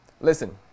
Listen